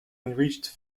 enriched